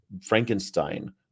Frankenstein